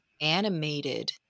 animated